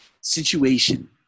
situation